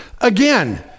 Again